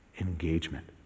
engagement